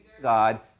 God